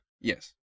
Yes